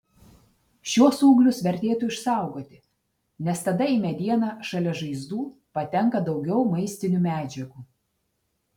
šiuos ūglius vertėtų išsaugoti nes tada į medieną šalia žaizdų patenka daugiau maistinių medžiagų